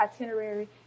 itinerary